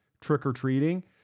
trick-or-treating